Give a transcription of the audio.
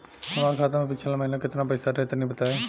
हमरा खाता मे पिछला महीना केतना पईसा रहे तनि बताई?